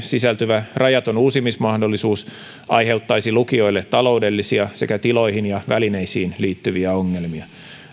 sisältyvä rajaton uusimismahdollisuus aiheuttaisi lukioille taloudellisia sekä tiloihin ja välineisiin liittyviä ongelmia